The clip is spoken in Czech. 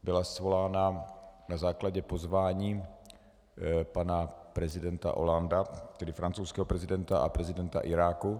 Byla svolána na základě pozvání pana prezidenta Hollandea, tedy francouzského prezidenta, a prezidenta Iráku.